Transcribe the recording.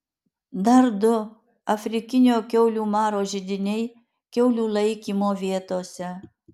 dar du afrikinio kiaulių maro židiniai kiaulių laikymo vietose